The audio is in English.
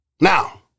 Now